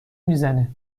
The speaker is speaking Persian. میزنه